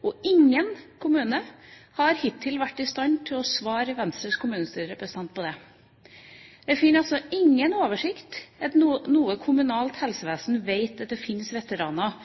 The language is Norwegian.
Ikke i noen kommune har en hittil vært i stand til å svare Venstres kommunestyrerepresentanter på det. Vi finner altså ingen oversikt over i noe kommunalt helsevesen om det fins veteraner